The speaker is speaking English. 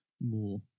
more